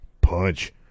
punch